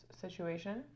situation